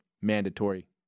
mandatory